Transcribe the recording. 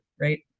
right